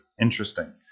interesting